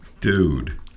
Dude